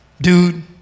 dude